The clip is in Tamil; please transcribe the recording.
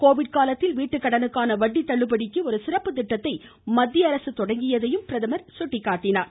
கோவிட் காலத்தில் வீட்டுக் கடனுக்கான வட்டி தள்ளுபடிக்கு ஒரு சிறப்பு திட்டத்தை மத்தியஅரசு தொடங்கியதை பிரதமர் எடுத்துரைத்தார்